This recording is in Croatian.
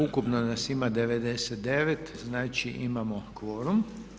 Ukupno nas ima 99, znači imamo kvorum.